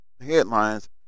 headlines